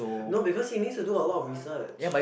no because he needs to do a lot of research